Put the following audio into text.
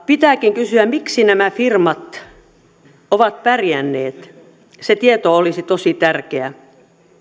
pitääkin kysyä miksi nämä firmat ovat pärjänneet se tieto olisi tosi tärkeä